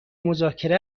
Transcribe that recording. مذاکره